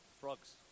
Frogs